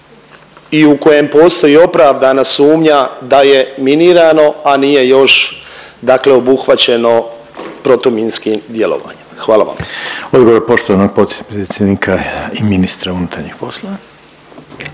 i u kojem postoji opravdana sumnja da je minirano, a nije još dakle obuhvaćeno protuminskim djelovanjem, hvala vam. **Reiner, Željko (HDZ)** Odgovor poštovanog potpredsjednika i ministra unutarnjih poslova.